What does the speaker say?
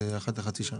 זה אחת לחצי שנה.